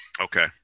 Okay